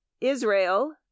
Israel